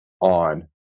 on